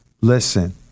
listen